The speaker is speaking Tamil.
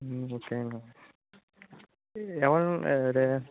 ம் ஓகேங்க எவ்வளோங்க ரே